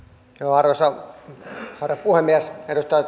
arvoisa herra puhemies